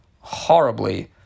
horribly